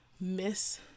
miss